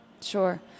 sure